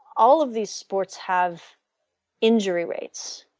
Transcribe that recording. all of these sports have injury rates.